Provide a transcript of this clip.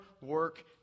work